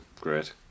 great